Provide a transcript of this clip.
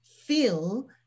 feel